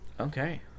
Okay